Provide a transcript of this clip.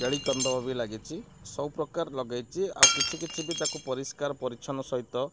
କେଳିକନ୍ଦ ବି ଲାଗିଛି ସବୁପ୍ରକାର ଲଗେଇଛି ଆଉ କିଛି କିଛି ବି ତା'କୁ ପରିଷ୍କାର ପରିଚ୍ଛନ୍ନ ସହିତ